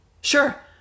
Sure